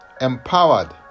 empowered